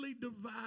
divide